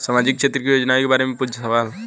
सामाजिक क्षेत्र की योजनाए के बारे में पूछ सवाल?